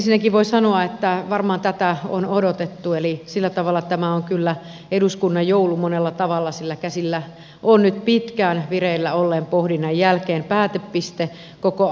ensinnäkin voi sanoa että varmaan tätä on odotettu eli sillä tavalla tämä on kyllä eduskunnan joulu monella tavalla sillä käsillä on nyt pitkään vireillä olleen pohdinnan jälkeen päätepiste koko asialle